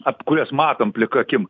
ap kurias matom plika akim